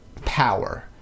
power